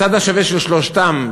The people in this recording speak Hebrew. הצד השווה של שלושתם,